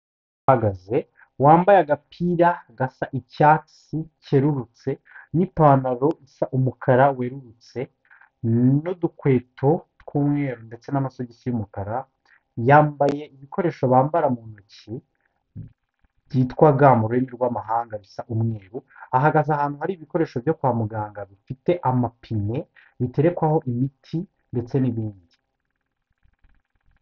Uhagaze wambaye agapira gasa icyatsi kerurutse, n'ipantaro, isa umukara werurutse, n'udukweto tw'umweru, ndetse n'masogisi y'umukara, yambaye ibikoresho bambara mu ntoki byitwa ga mu rurimi rw'amahanga bisa umweru, ahagaze ahantu hari ibikoresho byo kwa muganga bifite amapine, biterekwaho imiti ndetse n'ibindi.